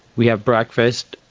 we have breakfast.